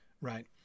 right